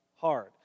hard